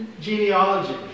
genealogy